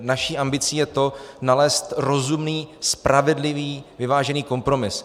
Naší ambicí je skutečně nalézt rozumný, spravedlivý, vyvážený kompromis.